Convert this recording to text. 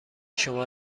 شما